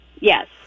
Yes